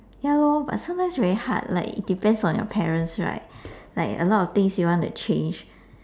ya lor but sometimes very hard like it depends on your parents right like a lot of things you wanna change